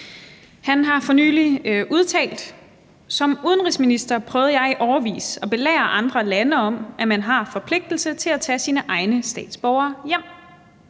Han har for nylig udtalt: »Som udenrigsminister prøvede jeg i årevis at belære andre lande om, at man har forpligtelse til at tage sine egne statsborgere hjem.